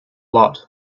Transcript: lot